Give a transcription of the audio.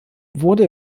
wurde